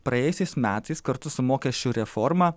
praėjusiais metais kartu su mokesčių reforma